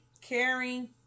caring